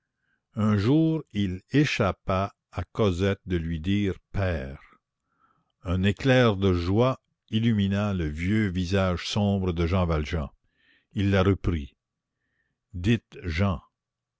un jour il échappa à cosette de lui dire père un éclair de joie illumina le vieux visage sombre de jean valjean il la reprit dites jean